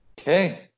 okay